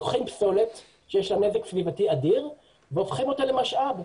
לוקחים פסולת שיש לה נזק סביבתי אדיר והופכים אותה למשאב,